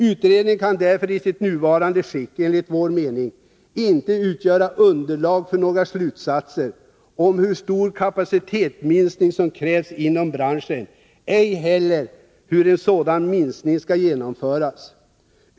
Utredningen kan därför i sitt nuvarande skick, enligt vår mening, inte utgöra underlag för någon slutsats om hur stor kapacitetsminskning som krävs inom branschen, ej heller hur en sådan minskning skall genomföras.